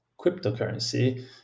cryptocurrency